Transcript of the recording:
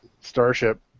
Starship